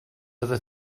other